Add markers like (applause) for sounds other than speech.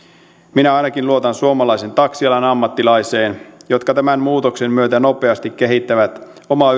minä ainakin luotan suomalaisen taksialan ammattilaisiin jotka tämän muutoksen myötä nopeasti kehittävät omaa (unintelligible)